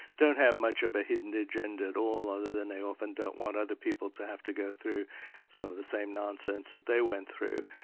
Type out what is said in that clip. don't have much of a hidden agenda at all, other than they often don't want other people to have to go through some of the same nonsense that they went through,